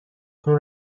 تون